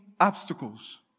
obstacles